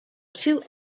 two